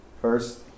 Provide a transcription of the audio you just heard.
first